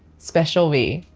special way